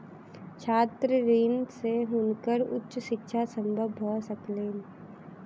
छात्र ऋण से हुनकर उच्च शिक्षा संभव भ सकलैन